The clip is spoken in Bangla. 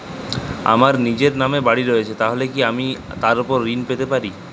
আমার নিজের নামে বাড়ী রয়েছে তাহলে কি আমি তার ওপর ঋণ পেতে পারি?